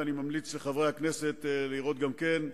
וממליץ לחברי הכנסת לראות גם כן,